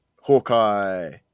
Hawkeye